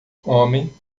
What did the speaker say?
homem